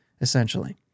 essentially